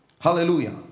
hallelujah